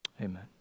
Amen